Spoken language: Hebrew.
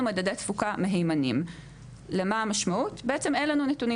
מדד תפוקה מהימנים למה המשמעות בעצם אין לנו נתונים